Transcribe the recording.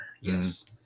yes